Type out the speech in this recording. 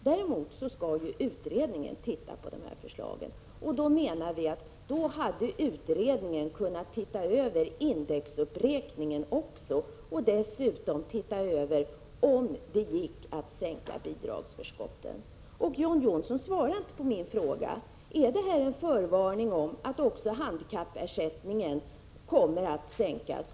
Däremot skall en utredning titta på dessa förslag, och vi menar att denna utredning kunde ha sett över indexuppräkningen också och dessutom prövat om det går att sänka bidragsförskotten. John Johnsson svarade inte på min fråga. Är detta en förvarning om att också handikappersättningen kommer att sänkas?